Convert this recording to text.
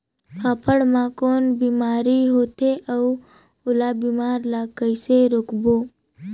फाफण मा कौन बीमारी होथे अउ ओला बीमारी ला कइसे रोकबो?